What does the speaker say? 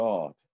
God